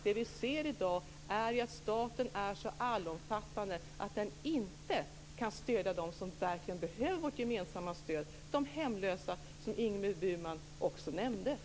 Det vi ser i dag är att staten är så allomfattande att den inte kan stödja dem som verkligen behöver vårt gemensamma stöd, t.ex. de hemlösa, som Ingrid